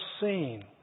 seen